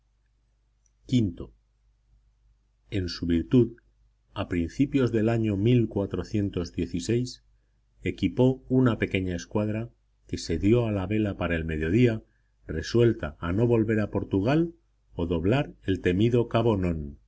v en su virtud a principios del año equipó una pequeña escuadra que se dio a la vela para el mediodía resuelta a no volver a portugal o doblar el temido cabo non